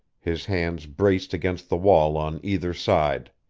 his hands braced against the wall on either side.